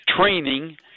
training